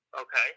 Okay